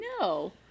No